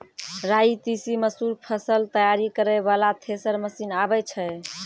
राई तीसी मसूर फसल तैयारी करै वाला थेसर मसीन आबै छै?